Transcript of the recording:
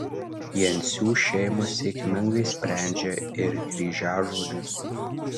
jencių šeima sėkmingai sprendžia ir kryžiažodžius